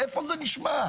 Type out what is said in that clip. איפה זה נשמע?